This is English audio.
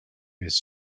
his